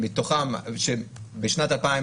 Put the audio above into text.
בשנת 2020